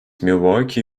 milwaukee